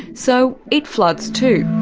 so it floods too.